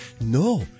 no